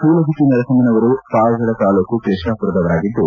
ಸೂಲಗಿತ್ತಿ ನರಸಮ್ನವರು ಪಾವಗಡ ತಾಲ್ಲೂಕು ಕೃಷ್ಣಾಪುರದವರಾಗಿದ್ದು